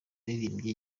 yaririmbye